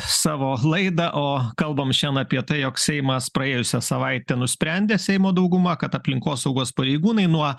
savo laidą o kalbam šian apie tai jog seimas praėjusią savaitę nusprendė seimo dauguma kad aplinkosaugos pareigūnai nuo